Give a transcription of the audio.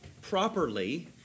properly